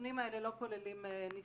הנתונים האלה לא כוללים נישואי